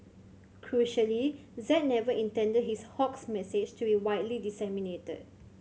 crucially Z never intended his 'hoax' message to be widely disseminated